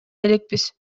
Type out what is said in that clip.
элекпиз